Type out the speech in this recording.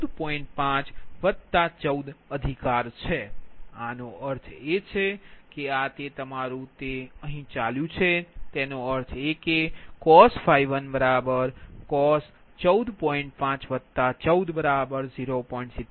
5 14 અધિકાર છે આનો અર્થ એ છે કે આ તે તમારું છે તે અહીં ચાલ્યું છે તેનો અર્થ એ કે તેcos 1cos 14